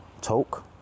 talk